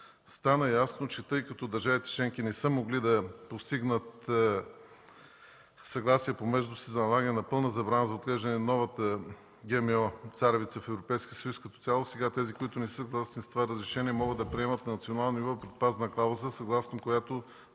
Стана ясно, че тъй като държавите членки не са могли да постигнат съгласие помежду си за налагане на пълна забрана за отглеждане на новата ГМО царевица в Европейския съюз като цяло, сега тези, които не са съгласни с това разрешение, могат да приемат на национално ниво предпазна клауза, съгласно която